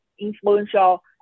influential